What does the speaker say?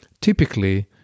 Typically